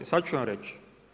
Sad ću vam reći.